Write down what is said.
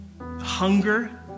hunger